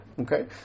Okay